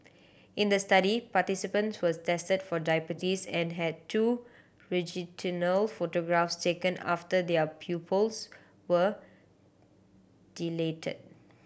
in the study participant was tested for diabetes and had two photographs taken after their pupils were dilated